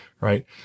Right